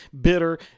bitter